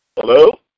Hello